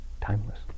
Timeless